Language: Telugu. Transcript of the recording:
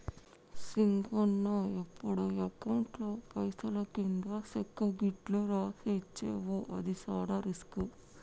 సింగన్న ఎప్పుడు అకౌంట్లో పైసలు కింది సెక్కు గిట్లు రాసి ఇచ్చేవు అది సాన రిస్కు